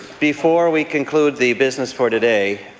before we conclude the business for today,